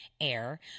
air